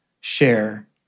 share